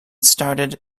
started